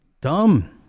Dumb